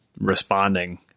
responding